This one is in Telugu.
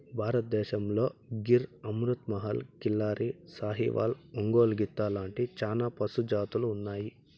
భారతదేశంలో గిర్, అమృత్ మహల్, కిల్లారి, సాహివాల్, ఒంగోలు గిత్త లాంటి చానా పశు జాతులు ఉన్నాయి